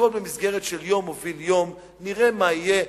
הכול במסגרת של יום מוביל יום: נראה מה יהיה,